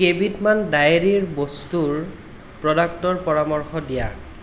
কেইবিধমান ডায়েৰীৰ বস্তুৰ প্ৰডাক্টৰ পৰামৰ্শ দিয়া